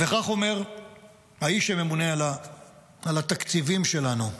כך אומר האיש שממונה על התקציבים שלנו: